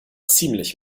ziemlich